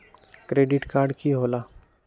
Credit card की होला?